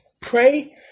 pray